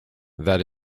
that